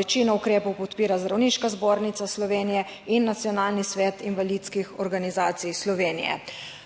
večino ukrepov podpira Zdravniška zbornica Slovenije in Nacionalni svet invalidskih organizacij Slovenije.